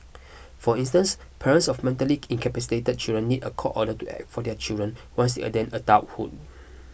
for instance parents of mentally incapacitated children need a court order to act for their children once attain adulthood